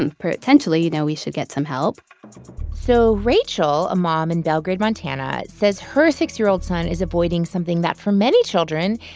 and potentially, you know, we should get some help so rachel, a mom in belgrade, mont, and says her six year old son is avoiding something that for many children,